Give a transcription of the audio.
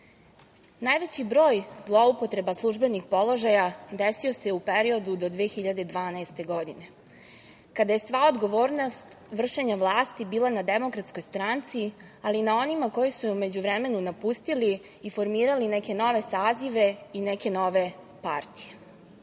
broj zloupotreba službenih položaja desio se u periodu do 2012. godine, kada je sva odgovornost vršenja vlasti bila na Demokratskoj stranci, ali i na onima koji su u međuvremenu napustili i formirali neke nove sazive i neke nove partije.U